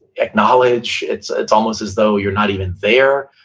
acknowledge, it's it's almost as though you're not even there,